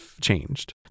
changed